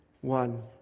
One